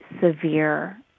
severe